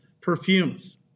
perfumes